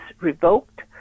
revoked